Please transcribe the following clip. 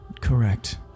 Correct